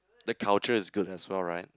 the culture is good as well right